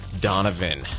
Donovan